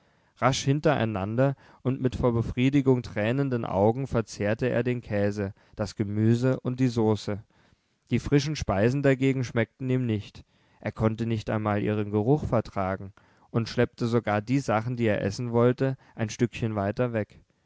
rasch hintereinander und mit vor befriedigung tränenden augen verzehrte er den käse das gemüse und die soße die frischen speisen dagegen schmeckten ihm nicht er konnte nicht einmal ihren geruch vertragen und schleppte sogar die sachen die er essen wollte ein stückchen weiter weg